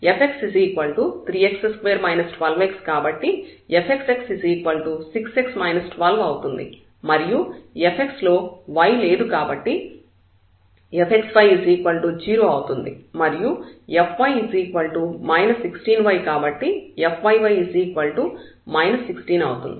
fx3x2 12x కాబట్టి fxx6 x 12 అవుతుంది మరియు fx లో y లేదు కాబట్టి fxy 0 అవుతుంది మరియు fy 16y కాబట్టి fyy 16 అవుతుంది